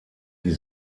die